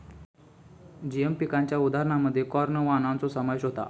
GM पिकांच्या उदाहरणांमध्ये corn वाणांचो समावेश होता